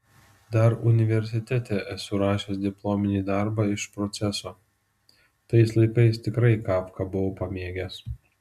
dar universitete esu rašęs diplominį darbą iš proceso tais laikais tikrai kafką buvau pamėgęs